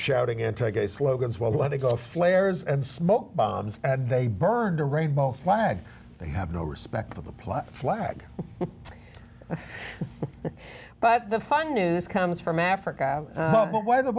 shouting anti gay slogans well let it go flares and smoke bombs and they burned a rainbow flag they have no respect for the plot flag but the fund news comes from africa but why the